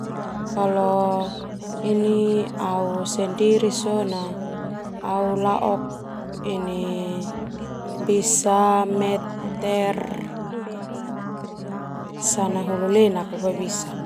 Kalo ini au sendiri sona au laok ini bisa meter sanahulu lenak boe bisa.